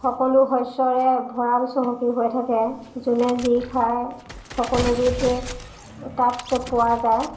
সকলো শস্যৰে ভঁৰাল চহকী হৈ থাকে যোনে যি খায় সকলোবোৰতো তাত পোৱা যায়